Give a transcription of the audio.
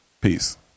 Peace